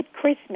Christmas